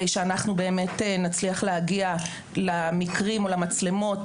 שאנחנו באמת נצליח להגיע למקרים או למצלמות.